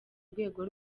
rwego